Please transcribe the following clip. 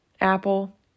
Apple